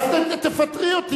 אז תפטרי אותי.